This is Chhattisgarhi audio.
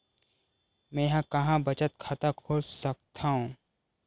मेंहा कहां बचत खाता खोल सकथव?